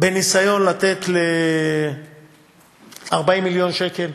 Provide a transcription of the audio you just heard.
בניסיון לתת 40 מיליון שקל